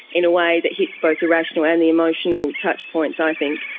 in a way that hits both the rational and the emotional touch points i think.